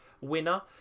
winner